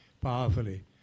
powerfully